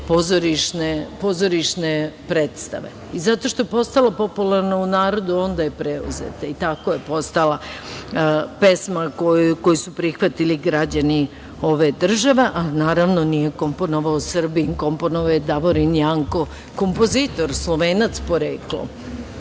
pozorišne predstave. Zato što je postala popularna u narodu, ona je preuzeta i tako je postala pesma koju su prihvatili građani ove države. Naravno, nije je komponovao Srbin, komponovao je Davorin Jenko, kompozitor, Slovenac poreklom.